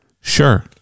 Sure